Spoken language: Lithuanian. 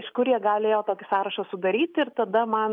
iš kur jie galėjo tokį sąrašą sudaryti ir tada man